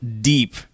deep